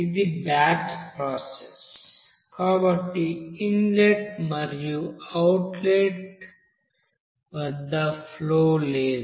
ఇది batch process కాబట్టి inlet మరియు అవుట్లెట్ వద్ద ఫ్లో లేదు